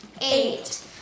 eight